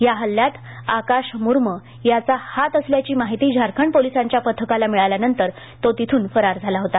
या हल्ल्यात आकाश मूर्मचा हात असल्याची माहिती झारखंड पोलिसांच्या पथकाला मिळाल्यानंतर तो तेथून फरार झाला होता